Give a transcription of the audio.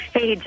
Hey